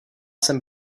sem